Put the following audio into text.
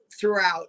throughout